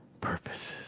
purposes